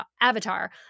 avatar